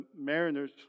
mariners